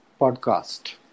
Podcast